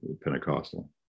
Pentecostal